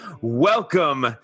welcome